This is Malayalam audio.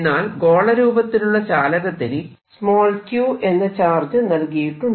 എന്നാൽ ഗോള രൂപത്തിലുള്ള ചാലകത്തിന് q എന്ന ചാർജ് നൽകിയിട്ടുണ്ട്